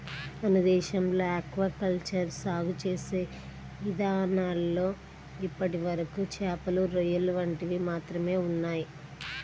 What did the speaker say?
మన దేశంలో aquaculture సాగు చేసే ఇదానాల్లో ఇప్పటివరకు చేపలు, రొయ్యలు వంటివి మాత్రమే ఉన్నయ్